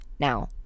Now